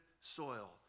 soil